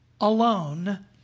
alone